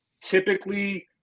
Typically